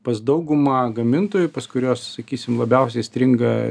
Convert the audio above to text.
pas daugumą gamintojų pas kuriuos sakysim labiausiai stringa